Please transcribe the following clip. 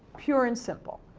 pure and simple.